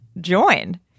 join